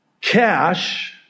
cash